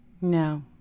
no